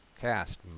cast